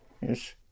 Yes